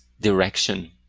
direction